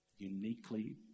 Uniquely